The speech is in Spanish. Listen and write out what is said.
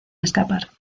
escapar